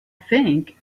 think